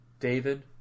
David